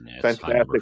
fantastic